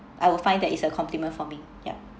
I would find that it's a compliment for me yup